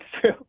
true